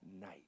night